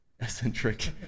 Eccentric